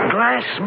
Glass